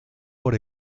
por